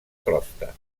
crosta